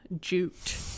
jute